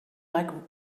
like